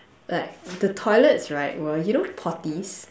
like the toilets right were you know potties